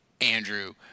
Andrew